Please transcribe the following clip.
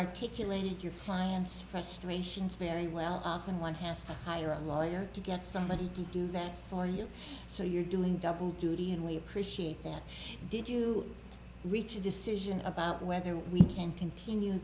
articulated your client's frustrations very well and one has hired a lawyer to get somebody to do that for you so you're doing double duty and we appreciate that did you reach a decision about whether we can continue